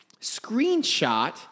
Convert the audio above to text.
screenshot